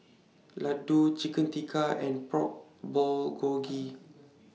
Ladoo Chicken Tikka and Pork Bulgogi